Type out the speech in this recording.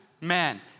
man